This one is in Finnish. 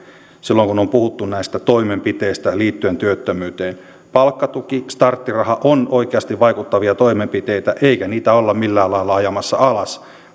silloin kun on puhuttu näistä toimenpiteistä liittyen työttömyyteen palkkatuki starttiraha ovat oikeasti vaikuttavia toimenpiteitä eikä niitä olla millään lailla ajamassa alas